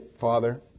father